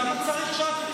למה צריך שאת תיתני תקציב?